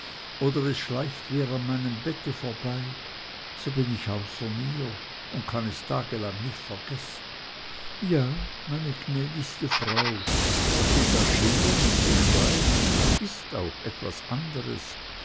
oder es schleicht wer an meinem bett vorbei so bin ich außer mir und kann es tagelang nicht vergessen ja meine gnädige frau was sie da schildern und beschreiben das ist auch etwas anderes